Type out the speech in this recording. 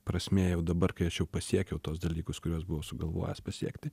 prasmė jau dabar kai aš jau pasiekiau tuos dalykus kuriuos buvau sugalvojęs pasiekti